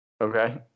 Okay